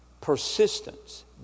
persistence